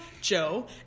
Joe